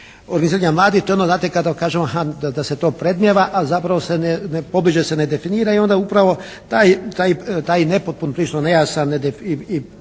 organiziranja mladih, to je ono dakle kada kažemo da se to …/Govornik se ne razumije./… a zapravo pobliže se ne definira i onda upravo taj nepotpun, prilično nejasan i